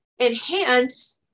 enhance